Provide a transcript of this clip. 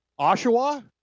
Oshawa